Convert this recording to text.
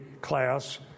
class